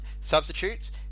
substitutes